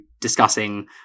discussing